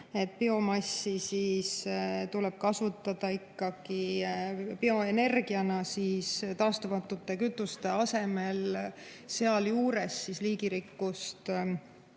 Biomassi tuleb kasutada ikkagi bioenergiana taastumatute kütuste asemel, sealjuures liigirikkust